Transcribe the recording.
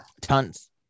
Tons